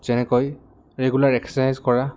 যেনেকৈ regular exercise কৰা